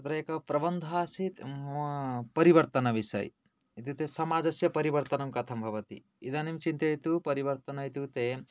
तत्र एक प्रबन्ध आसीत् मम परिवर्तनविसये इत्युक्ते समाजस्य परिवर्तनं कथं भवति इदानीं चिन्तयतु परिवर्तन इत्युक्ते